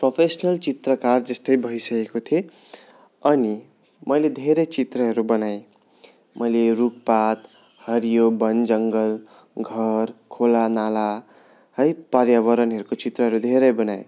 professional चित्रकार जस्तै भइसकेको थिएँ अनि मैले धेरै चित्रहरू बनाएँ मैले रुख पात हरियो वन जङ्गल घर खोला नाला है पर्यावरणहरूको चित्रहरू धेरै बनाएँ